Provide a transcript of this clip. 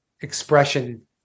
expression